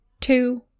two